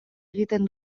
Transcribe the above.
egiten